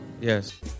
Yes